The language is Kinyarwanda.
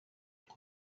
yaba